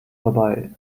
vorbei